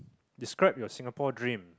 describe your Singapore dream